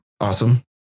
Awesome